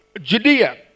Judea